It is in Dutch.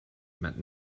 met